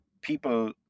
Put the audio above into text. people